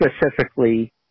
specifically